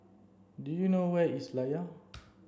do you know where is Layar